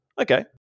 okay